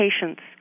patients